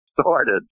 started